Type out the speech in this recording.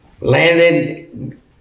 Landed